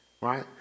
Right